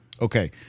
Okay